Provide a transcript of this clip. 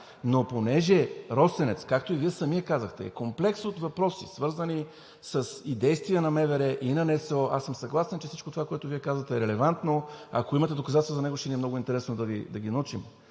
Но понеже „Росенец“, както и Вие самият казахте, е комплекс от въпроси, свързани и с действия на МВР, и на НСО, аз съм съгласен с това, което казахте, е релевантно – ако имате доказателство за него, ще ни е много интересно да го научим,